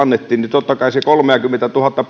totta kai se kolmeakymmentätuhatta